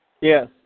Yes